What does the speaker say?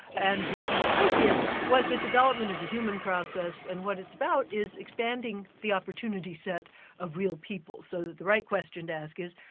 and his associates, was that development is a human process, and what it's about is expanding the opportunity set of real people. so that the right question to ask is,